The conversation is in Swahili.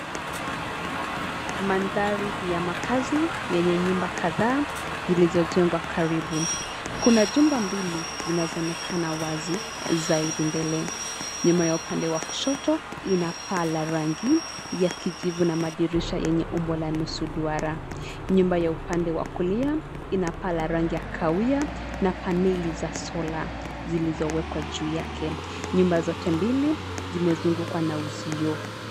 Mandhari ya makaazi yenye nyumba kadhaa zilizojengwa karibu. Kuna jumba mbili zinazoonekana wazi zaidi mbele, nyuma ya upande wa kushoto ina paa la rangi ya kijivu na madirisha yenye umbo la nusu duara. Nyumba ya upande wa kulia ina paa la rangi ya kahawia na paneli za solar zilizowekwa juu yake. Nyumba zote mbili zimezungukwa na uzio.